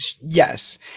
yes